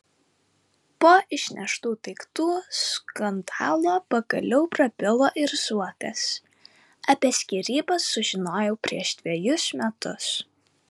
po išneštų daiktų skandalo pagaliau prabilo ir zuokas apie skyrybas sužinojau prieš dvejus metus